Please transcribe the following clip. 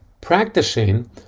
Practicing